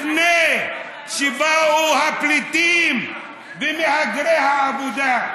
לפני שבאו הפליטים ומהגרי העבודה,